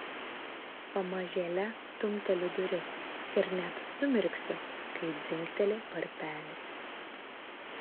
pamažėle stumteliu duris ir net sumirksiu kai dzingteli varpelis